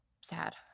sad